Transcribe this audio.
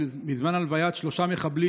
בזמן לוויית שלושה מחבלים,